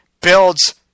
builds